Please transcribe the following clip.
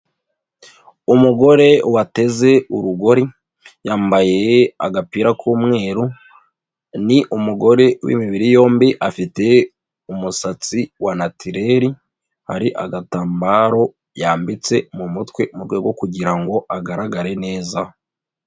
Umugore wateze urugori, yambaye agapira k'umweru, ni umugore wimibiri yombi, afite umusatsi wa natileri, hari agatambaro yambitse mu mutwe, mu rwego rwo kugira ngo agaragare neza.